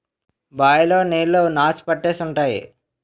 bye లో నీళ్లు నాసు పట్టేసి ఉంటాయి